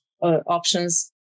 options